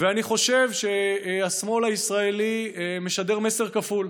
אני חושב שהשמאל הישראלי משדר מסר כפול: